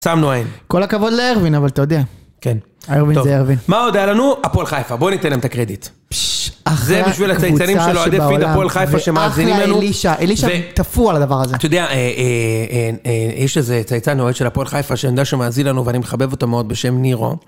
שמנו עין. כל הכבוד לארווין, אבל אתה יודע. כן. ארווין זה ארווין. מה עוד היה לנו? הפועל חיפה, בוא ניתן להם את הקרדיט. אחלה קבוצה שבעולם, (זה בשביל הצייצננים של אוהדי פיד הפועל חיפה שמאזינים לנו). אחלה אלישע, אלישע תפור על הדבר הזה. אתה יודע, יש איזה צייצן אוהד של הפועל חיפה, שאני יודע שהוא מאזין לנו, ואני מחבב אותו מאוד, בשם נירו.